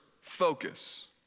focus